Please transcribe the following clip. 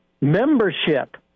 membership